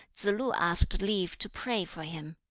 tsze-lu asked leave to pray for him.